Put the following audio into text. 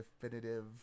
definitive